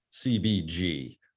CBG